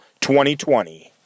2020